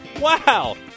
Wow